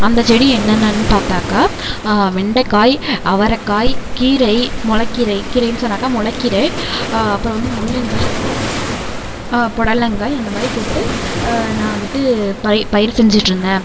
அந்த செடி என்னன்னன்னு பார்த்தாக்கா வெண்டைக்காய் அவரைக்காய் கீரை முளக்கீரை கீரைன்னு சொன்னாக்கா முளக்கீரை அப்புறம் வந்து முள்ளங்கி புடலங்காய் அந்த மாதிரி போட்டு நான் வந்துட்டு பயி பயிர் செஞ்சிட்டிருந்தேன்